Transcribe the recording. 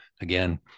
again